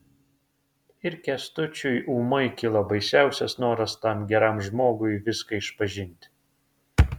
ir kęstučiui ūmai kilo baisiausias noras tam geram žmogui viską išpažinti